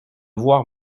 voir